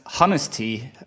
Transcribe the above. honesty